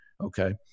Okay